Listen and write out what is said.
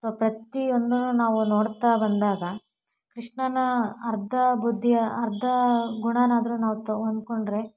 ಅಥವಾ ಪ್ರತಿಯೊಂದನ್ನು ನಾವು ನೋಡ್ತಾ ಬಂದಾಗ ಕೃಷ್ಣನ ಅರ್ಧ ಬುದ್ದಿಯ ಅರ್ಧ ಗುಣನಾದ್ರೂ ನಾವು ತೊಗೊ ಹೊಂದ್ಕೊಂಡ್ರೆ